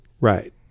Right